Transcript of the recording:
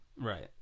right